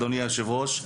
אדוני היושב-ראש.